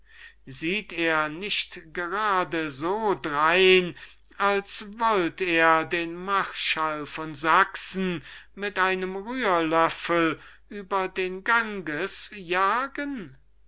sieht er nicht gerade so drein als wollt er den marschall von sachsen mit einem rührlöffel über den ganges jagen